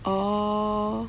oh